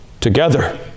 together